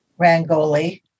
rangoli